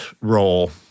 role